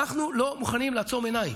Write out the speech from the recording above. אנחנו לא מוכנים לעצום עיניים,